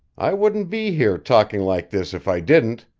i wouldn't be here talking like this if i didn't!